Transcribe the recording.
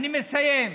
אני מסיים.